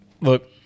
look